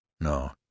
No